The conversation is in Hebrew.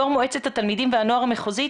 יושבת ראש מועצת התלמידים והנוער המחוזית